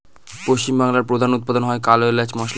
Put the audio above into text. পশ্চিম বাংলায় প্রধান উৎপাদন হয় কালো এলাচ মসলা